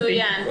מצוין.